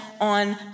on